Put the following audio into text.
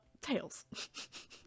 tails